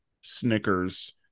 Snickers